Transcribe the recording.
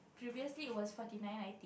previously it was Forty Nine nine